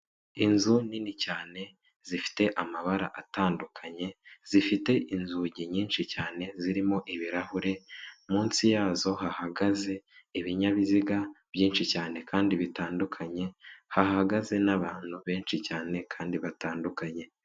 Inzu nini cyane zifite amabara atandukanye, zifite inzugi nyinshi cyane zirimo ibirahure, munsi yazo hahagaze ibinyabiziga byinshi cyane kandi bitandukanye, hahagaze n'abantu benshi cyane kandi batandukanye.